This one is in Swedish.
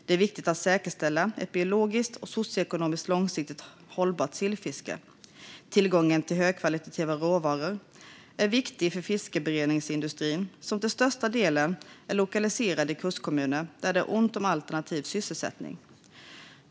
Det är viktigt att säkerställa ett biologiskt och socioekonomiskt långsiktigt hållbart sillfiske. Tillgången till högkvalitativa råvaror är viktig för fiskberedningsindustrin, som till största delen är lokaliserad i kustkommuner där det är ont om alternativ sysselsättning.